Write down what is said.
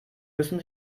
müssen